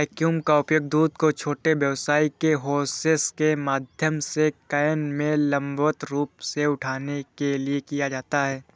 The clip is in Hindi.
वैक्यूम का उपयोग दूध को छोटे व्यास के होसेस के माध्यम से कैन में लंबवत रूप से उठाने के लिए किया जाता है